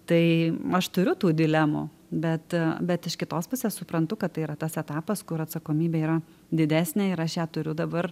tai aš turiu tų dilemų bet bet iš kitos pusės suprantu kad tai yra tas etapas kur atsakomybė yra didesnė ir aš ją turiu dabar